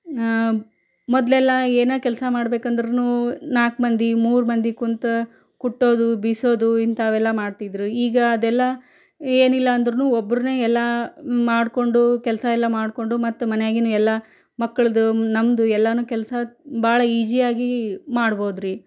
ಮೊದ್ಲೆಲ್ಲ ಏನು ಕೆಲಸ ಮಾಡ್ಬೇಕಂದರೂನು ನಾಲ್ಕು ಮಂದಿ ಮೂರು ಮಂದಿ ಕುಂತು ಕುಟ್ಟೋದು ಬೀಸೋದು ಇಂಥವೆಲ್ಲ ಮಾಡ್ತಿದ್ರು ಈಗ ಅದೆಲ್ಲ ಏನಿಲ್ಲ ಅಂದರೂನು ಒಬ್ರೇನೆ ಎಲ್ಲ ಮಾಡಿಕೊಂಡು ಕೆಲಸ ಎಲ್ಲ ಮಾಡಿಕೊಂಡು ಮತ್ತೆ ಮನೆಗಿನ ಎಲ್ಲ ಮಕ್ಕಳದ್ದು ನಮ್ಮದು ಎಲ್ಲನೂ ಕೆಲಸ ಭಾಳ ಈಜಿಯಾಗಿ ಮಾಡ್ಬೋದ್ರಿ